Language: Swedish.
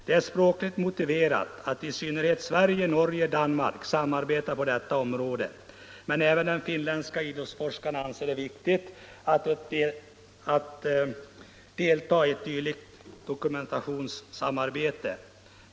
Det är språkligt motiverat, att i synnerhet Sverige, Norge och Danmark samarbetar på detta område, men även de finländska idrottsforskarna anser det av vikt att delta i ett dylikt dokumentationssamarbete.